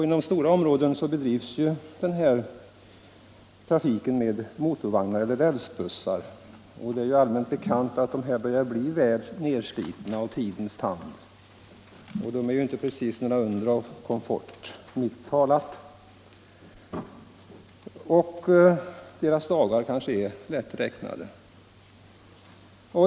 Inom stora områden bedrivs den trafiken med motorvagnar eller. rälsbussar, och det är allmänt bekant att dessa börjar bli väl nedslitna av tidens tand. De är inte precis några under av komfort, milt sagt, och deras dagar kanske är lätt räknade.